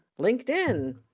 LinkedIn